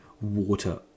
water